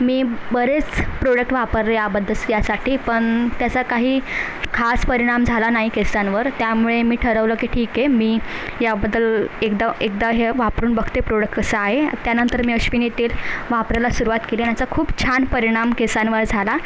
मी बरेच प्रोडक्ट वापरले याबद्दल यासाठी पण त्याचा काही खास परिणाम झाला नाही केसांवर त्यामुळे मी ठरवलं की ठीक आहे मी याबद्दल एकदा एकदा हे वापरून बघते प्रोडक्ट कसं आहे त्यानंतर मी अश्विनी तेल वापरायला सुरुवात केली आणि याचा खूप छान परिणाम केसांवर झाला